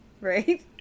Right